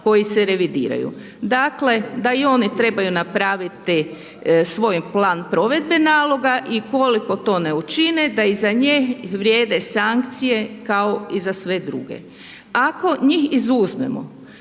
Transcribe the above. koji se revidiraju. Dakle da i oni trebaju napraviti svoj plan provedbe naloga i ukoliko to ne učine da i za nju vrijede sankcije kao i za sve druge. Ako njih izuzmemo